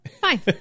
Fine